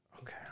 Okay